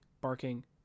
barking